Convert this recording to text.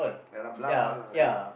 yeah lah bluff [one] lah that one